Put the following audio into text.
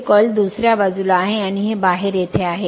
हे कॉईल दुसऱ्या बाजूला आहे आणि हे बाहेर येथे आहे